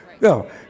No